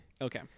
Okay